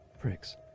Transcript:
Pricks